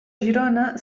girona